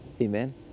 Amen